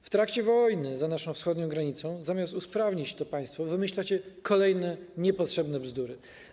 W trakcie wojny za naszą wschodnią granicą zamiast usprawnić to państwo wymyślacie kolejne niepotrzebne bzdury.